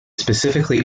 specifically